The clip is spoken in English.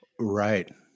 Right